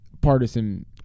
partisan